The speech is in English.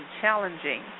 challenging